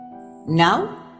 now